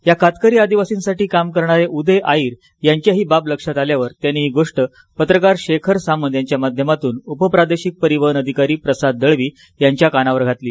या कातकरी आदिवासींसाठी काम करणारे उदय आईर यांच्या हि बाब लक्षात आल्यावर त्यांनी हि गोष्ट पत्रकार शेखर सामंत यांच्या माध्यमातून उप प्रादेशिक परिवहन अधिकारी प्रसाद दळवी यांच्या कानावर घातली